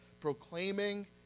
Proclaiming